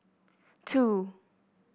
two